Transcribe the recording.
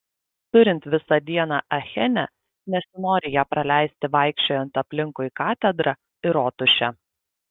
turint visą dieną achene nesinori ją praleisti vaikščiojant aplinkui katedrą ir rotušę